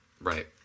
Right